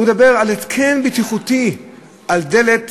היא מדברת על התקן בטיחותי על דלת